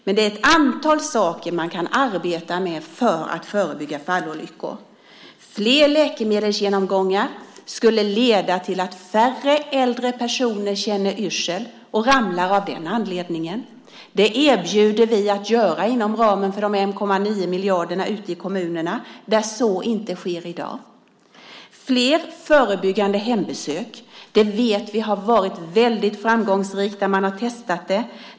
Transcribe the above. Men det är ett antal saker som man kan arbeta med för att förebygga fallolyckor. Flera läkemedelsgenomgångar skulle leda till att färre äldre personer känner yrsel och ramlar av den anledningen. Dessa genomgångar erbjuder vi inom ramen för de 1,9 miljarderna ute i de kommuner där så inte sker i dag. Vi vet att flera förebyggande hembesök har varit framgångsrikt där man har testat det.